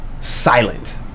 silent